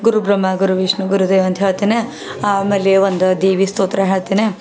ಗುರು ಬ್ರಹ್ಮ ಗುರು ವಿಷ್ಣು ಗುರು ದೇವ ಅಂತ ಹೇಳ್ತೇನೆ ಆಮೇಲೆ ಒಂದು ದೇವಿ ಸ್ತೋತ್ರ ಹೇಳ್ತೇನೆ